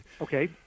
okay